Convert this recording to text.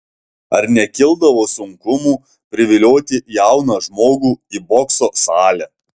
ar nekildavo sunkumų privilioti jauną žmogų į bokso salę